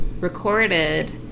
recorded